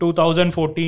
2014